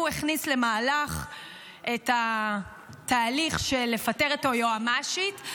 הוא הכניס למהלך את התהליך של לפטר את היועמ"שית.